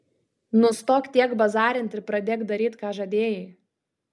nustok tiek bazarint ir pradėk daryt ką žadėjai